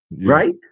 right